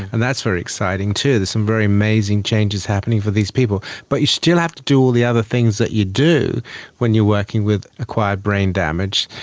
and that's very exciting too, there's some very amazing changes happening for these people. but you still have to do all the other things that you do when you're working with acquired brain damage,